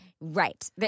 Right